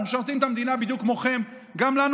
אנחנו משרתים את המדינה בדיוק כמוכם וגם לנו